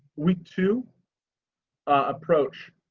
week to approach